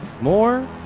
more